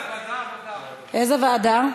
איזו ועדה?